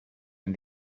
and